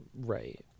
Right